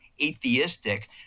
atheistic